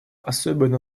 особенно